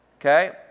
Okay